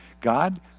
God